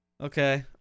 Okay